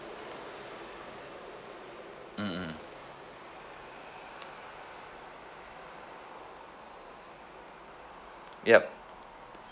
mmhmm yup